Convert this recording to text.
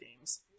games